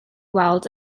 weld